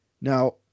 Now